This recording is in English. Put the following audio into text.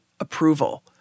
approval